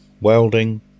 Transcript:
welding